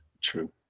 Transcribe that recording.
True